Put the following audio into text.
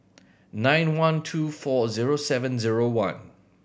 nine one two four zero seven zero one